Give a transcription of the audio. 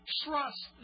trust